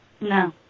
No